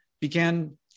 began